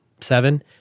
seven